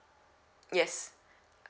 yes